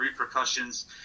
repercussions